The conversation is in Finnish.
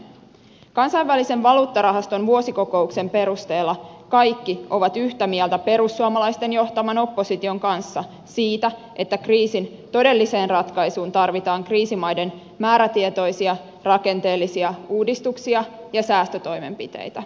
kansainvälisen valuuttarahaston vuosikokouksen perusteella kaikki ovat yhtä mieltä perussuomalaisten johtaman opposition kanssa siitä että kriisin todelliseen ratkaisuun tarvitaan kriisimaiden määrätietoisia rakenteellisia uudistuksia ja säästötoimenpiteitä